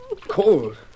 cold